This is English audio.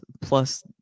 plus